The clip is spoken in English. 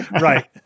Right